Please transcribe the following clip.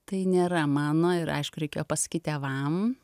tai nėra mano ir aišku reikėjo pasakyt tėvam